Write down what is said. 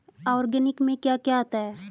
Organic में क्या क्या आता है?